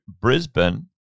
Brisbane